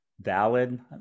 valid